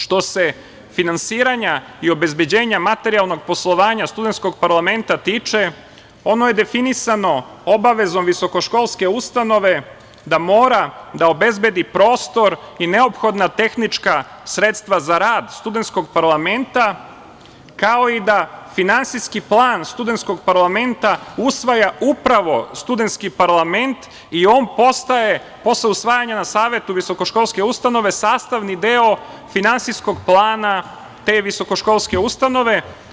Što se finansiranja i obezbeđenja materijalnog poslovanja studentskog parlamenta tiče, ono je definisano obavezom visokoškolske ustanove da mora da obezbedi prostor i neophodna tehnička sredstva za rad studentskog parlamenta, kao i da finansijski plan studentskog parlamenta usvaja upravo studentski parlament i on postaje posle usvajanja na savetu visokoškolske ustanove sastavni deo finansijskog plana te visokoškolske ustanove.